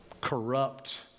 corrupt